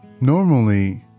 Normally